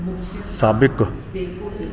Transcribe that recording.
साबिक़ु